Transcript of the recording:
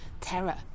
terror